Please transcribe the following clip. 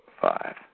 Five